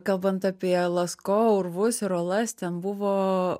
kalbant apie lasko urvus ir uolas ten buvo